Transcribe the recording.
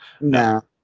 no